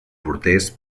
porters